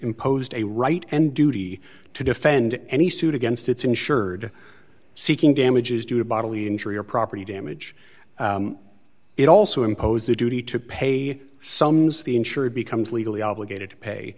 imposed a right and duty to defend any suit against its insured seeking damages due to bodily injury or property damage it also imposed the duty to pay sums the insurer becomes legally obligated to pay